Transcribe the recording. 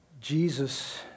Jesus